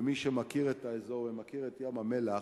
מי שמכיר את האזור ומכיר את ים-המלח